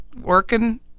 working